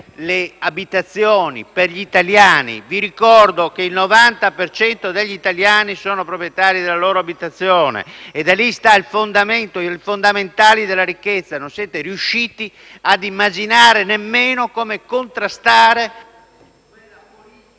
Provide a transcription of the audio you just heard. le abitazioni e per gli italiani. Vi ricordo che il 90 per cento degli italiani sono proprietari della loro abitazione ed è lì il fondamento della ricchezza. Non siete riusciti ad immaginare nemmeno come contrastare quella politica